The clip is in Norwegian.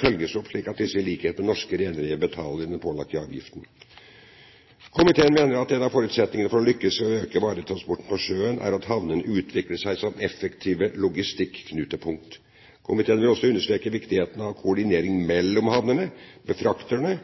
følges opp, slik at disse, i likhet med norske rederier, betaler den pålagte avgiften. Komiteen mener at en av forutsetningene for å lykkes i å øke varetransporten på sjøen er at havnene utvikler seg som effektive logistikknutepunkt. Komiteen vil også understreke viktigheten av koordinering mellom havnene, befrakterne